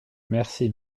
merci